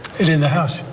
it in the house?